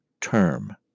term